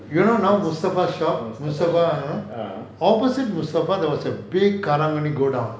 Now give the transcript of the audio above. you know now mustafa shop mustafa you know opposite mustafa there was a big karang guni godown